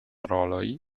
roloj